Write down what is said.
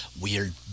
weird